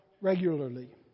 regularly